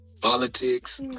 politics